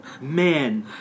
Man